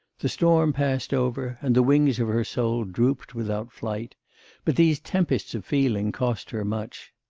the storm passed over, and the wings of her soul drooped without flight but these tempests of feeling cost her much.